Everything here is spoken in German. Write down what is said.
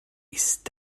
ist